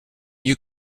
you